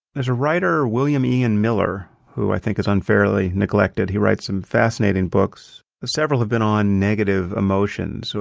there's a writer william ian miller who i think is unfairly neglected. he writes some fascinating books. several have been on negative emotions. so